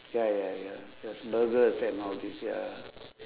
ya ya ya just burgers and all these ya